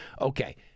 okay